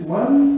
one